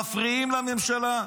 מפריעים לממשלה,